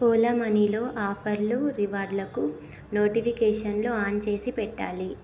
ఓలా మనీలో ఆఫర్లు రివార్డ్లకు నోటిఫికేషన్లు ఆన్ చేసి పెట్టాలి